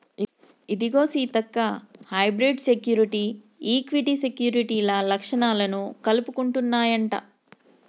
ఇదిగో Seethakka hybrid security, equity సెక్యూరిటీల లచ్చణాలను కలుపుకుంటన్నాయంట